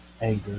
anger